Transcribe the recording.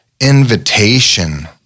invitation